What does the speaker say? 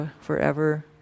forever